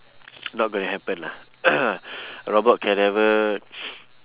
not gonna happen lah a robot can never